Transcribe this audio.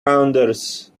rounders